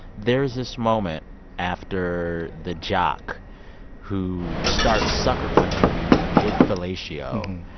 there is this moment after the jock who starts sucker-punching you mid-fellatio.